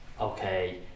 okay